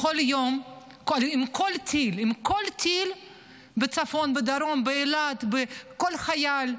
כל יום עם כל טיל בצפון, בדרום, באילת, כל חייל,